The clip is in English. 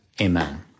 Amen